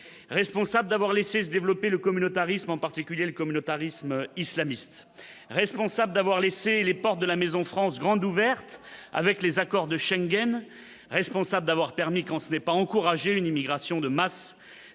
responsable d'avoir laissé se développer le communautarisme en particulier le communautarisme islamiste responsable d'avoir laissé les portes de la maison France, grande ouverte avec les accords de Schengen responsable d'avoir permis quand ce n'est pas encourager une immigration de masse